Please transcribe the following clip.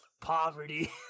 poverty